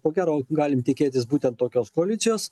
ko gero galim tikėtis būtent tokios koalicijos